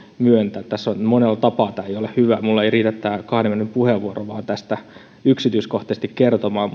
myöntää monella tapaa tämä ei ole hyvä minulle vain ei riitä tämä kahden minuutin puheenvuoro tästä yksityiskohtaisesti kertomaan